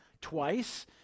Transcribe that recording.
twice